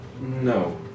No